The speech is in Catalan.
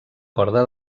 corda